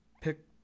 pick